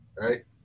right